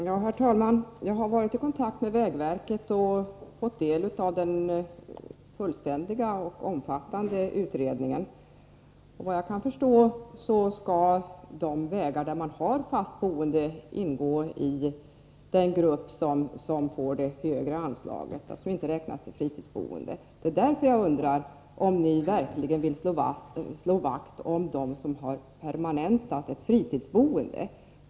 Herr talman! Jag har varit i kontakt med vägverket, och jag har fått del av den fullständiga och omfattande utredningen om det differentierade statsbidragssystemet. Såvitt jag kan förstå skall de vägar där man har fast boende ingåi den grupp som får det högre anslaget, alltså bland dem som inte räknas till fritidsboende. Därför undrar jag om ni verkligen vill slå vakt om dem som har permanentat ett fritidsboende.